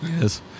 yes